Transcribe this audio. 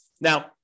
Now